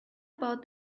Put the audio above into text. about